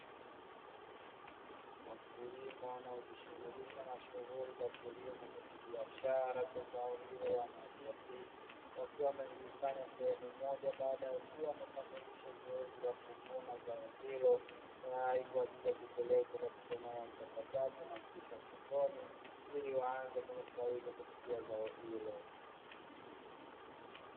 Wakulima wanao ji shugulisha na shuguli za kilimo cha kibiashara cha zao ilo la mahindi, wakiwa wamelikusanya sehemu moja baada ya kukamilisha zoezi la kuvuna zao hilo, tayari kwa ajili ya kupelekwa katika eneo la uchakataji na kisha sokoni ili waanze kunufaika kupitia zao hilo.